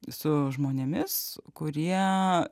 su žmonėmis kurie